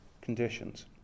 conditions